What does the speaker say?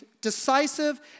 decisive